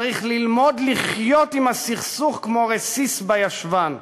צריך ללמוד לחיות עם הסכסוך כמו עם רסיס בישבן.